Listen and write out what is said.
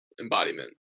embodiment